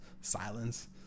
silence